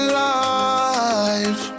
life